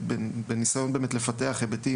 בניסיון לפתח היבטים,